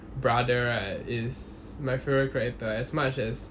brother right is my favourite character as much as